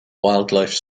wildlife